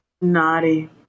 Naughty